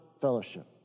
fellowship